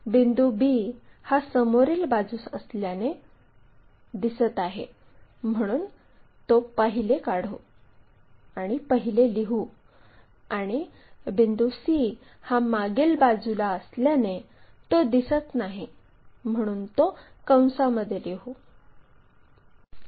बिंदू b हा समोरील बाजूस असल्याने दिसत आहे म्हणून तो पहिले लिहू आणि बिंदू c हा मागील बाजूला असल्याने तो दिसत नाही म्हणून तो कंसामध्ये दाखवू